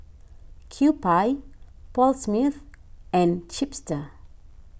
Kewpie Paul Smith and Chipster